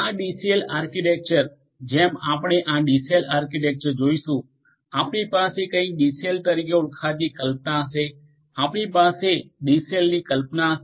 આ ડીસેલ આર્કિટેક્ચર જેમ આપણે આ ડીસીલ આર્કિટેક્ચરમાં જોઈશું આપણી પાસે કંઈક ડીસીલ તરીકે ઓળખાતી કલ્પના હશે આપણી પાસે ડીસેલની કલ્પના હશે